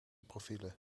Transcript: profielen